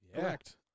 Correct